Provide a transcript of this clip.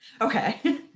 Okay